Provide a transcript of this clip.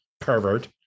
pervert